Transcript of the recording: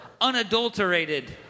unadulterated